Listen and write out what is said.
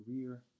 career